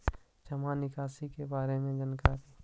जामा निकासी के बारे में जानकारी?